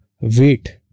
weight